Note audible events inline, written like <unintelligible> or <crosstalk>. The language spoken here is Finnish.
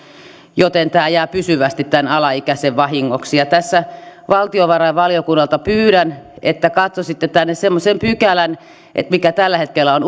joten tämä jää pysyvästi tämän alaikäisen vahingoksi tässä valtiovarainvaliokunnalta pyydän että katsoisitte tänne semmoisen pykälän mikä tällä hetkellä on <unintelligible>